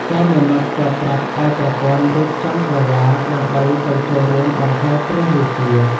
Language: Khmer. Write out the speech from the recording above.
ចៅមាណពក៏ប្រាប់ឱ្យប្រពន្ធរៀបចំក្រយាដើម្បីទៅចូលរួមដង្ហែព្រះរាជា។